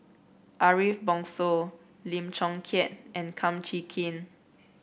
Ariff Bongso Lim Chong Keat and Kum Chee Kin